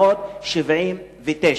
תודה.